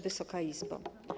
Wysoka Izbo!